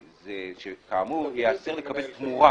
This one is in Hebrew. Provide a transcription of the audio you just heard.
שכאמור ייאסר לקבל תמורה.